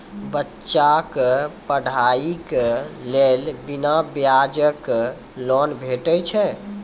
बच्चाक पढ़ाईक लेल बिना ब्याजक लोन भेटै छै?